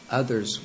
others